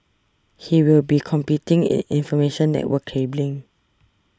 he will be competing in information network cabling